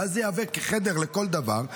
ואז זה יהווה חדר לכל דבר,